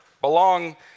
belong